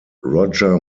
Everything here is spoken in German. roger